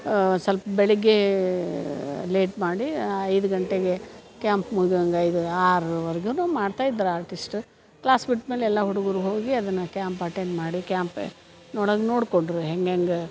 ಸ್ವಲ್ಪ ಬೆಳಗ್ಗೆ ಲೇಟ್ ಮಾಡಿ ಐದು ಗಂಟೆಗೆ ಕ್ಯಾಂಪ್ ಮುಗಿವಂಗೆ ಐದು ಆರುವರ್ಗೂ ಮಾಡ್ತಾಯಿದ್ರು ಆರ್ಟಿಸ್ಟ್ ಕ್ಲಾಸ್ ಬಿಟ್ಮೇಲೆ ಎಲ್ಲ ಹುಡುಗರು ಹೋಗಿ ಅದನ್ನು ಕ್ಯಾಂಪ್ ಅಟೆಂಡ್ ಮಾಡಿ ಕ್ಯಾಂಪೆ ನೋಡಗ್ ನೋಡಿಕೊಂಡ್ರು ಹೆಂಗೆಂಗೆ